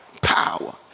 power